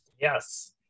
Yes